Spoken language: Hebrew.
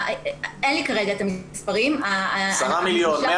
אין לי כרגע את המספרים --- 10 מיליון,